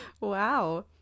wow